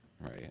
Right